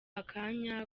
akanya